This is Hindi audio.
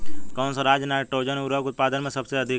कौन सा राज नाइट्रोजन उर्वरक उत्पादन में सबसे अधिक है?